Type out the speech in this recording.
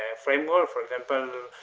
ah framework. for example,